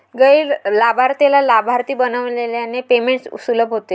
गैर लाभार्थीला लाभार्थी बनविल्याने पेमेंट सुलभ होते